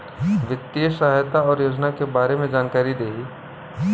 वित्तीय सहायता और योजना के बारे में जानकारी देही?